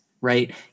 right